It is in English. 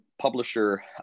publisher